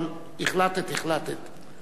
אבל החלטת, החלטת.